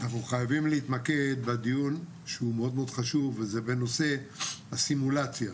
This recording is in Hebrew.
אנחנו חייבים להתמקד בדיון המאוד חשוב הזה בנושא הסימולציה.